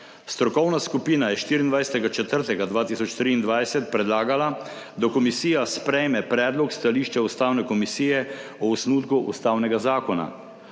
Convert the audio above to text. Strokovna skupina je 24. 4. 2023 predlagala, da komisija sprejme predlog stališča Ustavne komisije o osnutku ustavnega zakona.